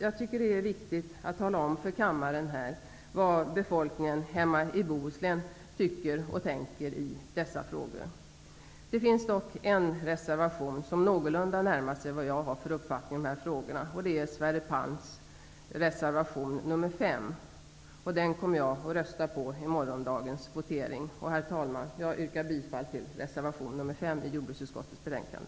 Jag tycker att det är riktigt att tala om för kammaren vad befolkningen hemma i Bohuslän tycker och tänker i dessa frågor. Det finns dock en reservation som någorlunda närmar sig den uppfattning som jag har i de här frågorna. Det är Sverre Palms reservation, nr 5. Den kommer jag att rösta på vid morgondagens votering. Herr talman! Jag yrkar bifall till reservation nr 5 till jordbruksutskottets betänkande.